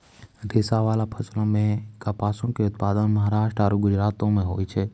रेशाबाला फसलो मे कपासो के उत्पादन महाराष्ट्र आरु गुजरातो मे होय छै